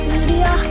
Media